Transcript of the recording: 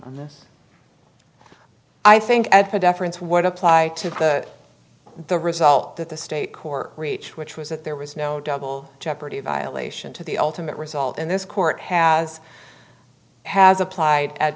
at this i think the deference would apply to the result that the state court reach which was that there was no double jeopardy violation to the ultimate result and this court has has applied